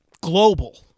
global